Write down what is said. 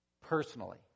personally